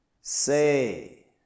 Say